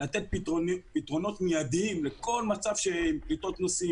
לתת פתרונות מידיים לכל מצב --- נוסעים,